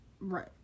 Right